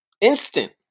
Instant